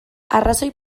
arrazoi